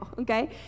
okay